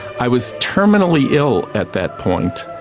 i was terminally ill at that point,